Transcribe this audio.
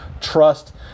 trust